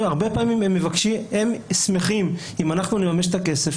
הרבה פעמים הם מבקשים ושמחים אם אנחנו נממש את הכסף,